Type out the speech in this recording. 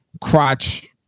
crotch